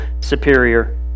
superior